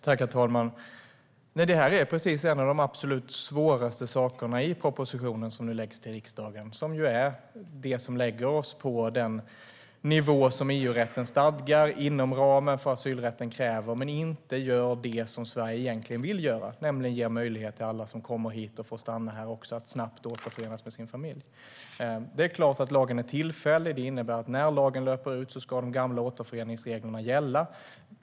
Herr talman! Detta är en av de absolut svåraste sakerna i den proposition som nu läggs fram för riksdagen. Den lägger oss på den nivå som EU-rätten stadgar, inom ramen för vad asylrätten kräver, men den gör inte det som Sverige egentligen vill, nämligen ge alla som kommer hit och som får stanna möjlighet att snabbt återförenas med sin familj. Lagen är tillfällig. Det innebär att när den löper ut ska de gamla återföreningsreglerna gälla.